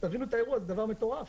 זה דבר מטורף.